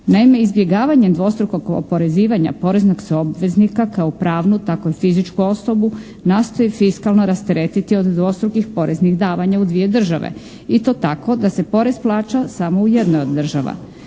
Naime, izbjegavanjem dvostrukog oporezivanja poreznog se obveznika kao pravnu, tako i fizičku osobu, nastoji fiskalno rasteretiti od dvostrukih poreznih davanja u dvije države i to tako da se porez plaća samo u jednoj od država.